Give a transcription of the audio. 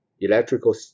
electrical